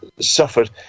suffered